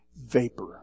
vapor